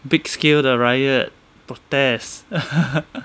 big scale 的 riot protests